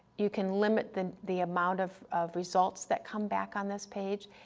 you can limit the the amount of of results that come back on this page,